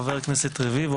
חבר הכנסת רביבו,